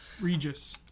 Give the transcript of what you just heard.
Regis